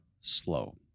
slow